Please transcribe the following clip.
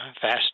Fast